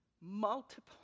multiple